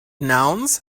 nouns